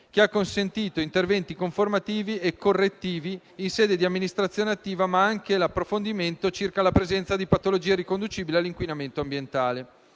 che ha consentito interventi conformativi e correttivi in sede di amministrazione attiva, ma anche l'approfondimento circa la presenza di patologie riconducibili all'inquinamento ambientale.